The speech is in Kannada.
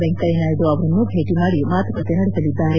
ವೆಂಕಯ್ಲ ನಾಯ್ನು ಅವರನ್ನು ಭೇಟಿ ಮಾಡಿ ಮಾತುಕತೆ ನಡೆಸಲಿದ್ದಾರೆ